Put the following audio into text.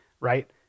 right